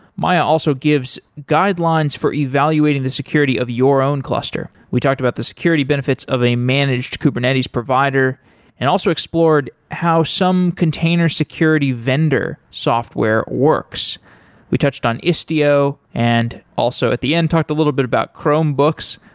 maya also gives guidelines for evaluating the security of your own cluster. we talked about the security benefits of a managed kubernetes provider and also explored how some container security vendor software works we touched on istio and also at the end, talked a little bit about chromebooks,